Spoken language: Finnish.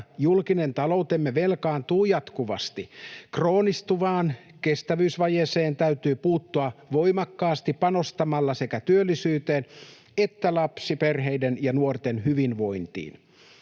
julkinen taloutemme velkaantuu jatkuvasti. Kroonistuvaan kestävyysvajeeseen täytyy puuttua voimakkaasti panostamalla sekä työllisyyteen että lapsiperheiden ja nuorten hyvinvointiin.